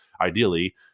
ideally